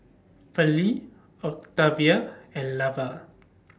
Pearley Octavia and Lavar